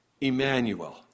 Emmanuel